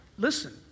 Listen